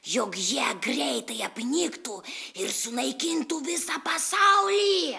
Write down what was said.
jog jie greitai apniktų ir sunaikintų visą pasaulį